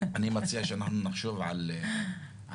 אני מציע שאנחנו נחשוב על הנושא.